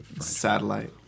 Satellite